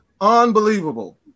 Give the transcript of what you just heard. unbelievable